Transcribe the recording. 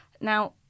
Now